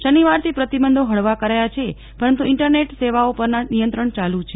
શનિવારથી પ્રતિબંધો હળવા કરાયા છે પરંતુ ઇન્ટરનેટર સેવાઓ પરનાં નિયંત્રણ યાલુ છે